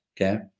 Okay